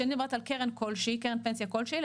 כשאני מדברת על קרן פנסיה כלשהי,